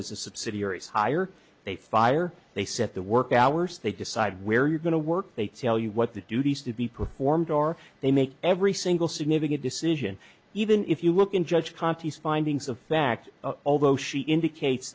is a subsidiary hire they fire they set the work hours they decide where you're going to work they tell you what the duties to be performed are they make every single significant decision even if you look in judge conti's findings of fact although she indicates